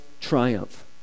triumph